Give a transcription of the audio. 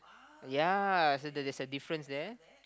yea so there there's a difference there